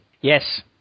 Yes